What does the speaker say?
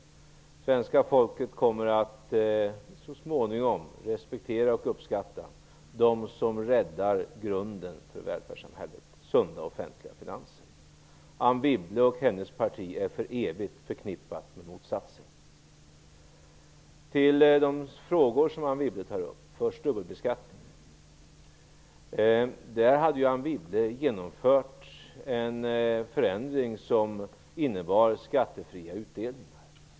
Svenska folket kommer så småningom att respektera och uppskatta dem som räddade grunden för välfärdssamhället, dvs. sunda offentliga finanser. Anne Wibble och hennes parti är för evigt förknippade med motsatsen. Anne Wibble ställde en rad frågor. När det gäller dubbelbeskattningen hade Anne Wibble genomfört en förändring som innebar skattefria utdelningar.